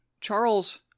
Charles